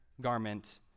garment